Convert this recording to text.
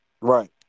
Right